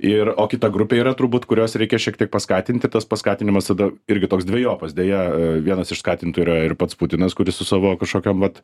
ir o kita grupė yra turbūt kurios reikia šiek tiek paskatinti tas paskatinimas tada irgi toks dvejopas deja a vienas iš skatintojų yra ir pats putinas kuris su savo kažkokiom vat